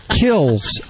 kills